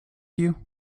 you